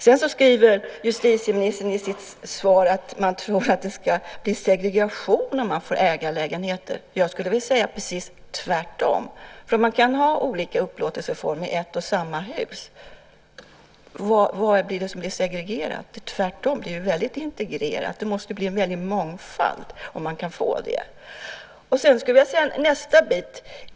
Sedan skriver justitieministern i sitt svar att man tror att det ska bli segregation om det blir ägarlägenheter. Jag skulle vilja säga att det är precis tvärtom. Om man kan ha olika upplåtelseformer i ett och samma hus, vad blir då segregerat? Det blir tvärtom väldigt integrerat. Det måste bli en väldig mångfald om man kan få det. Sedan skulle jag vilja säga något om nästa bit.